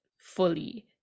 fully